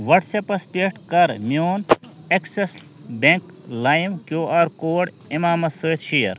وٹٕس اَپَس پٮ۪ٹھ کَر میٛون ایٚکسیٖس بیٚنٛک لایِم کیٛوٗ آر کوڈ اِمامس سۭتی شیر